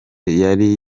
yari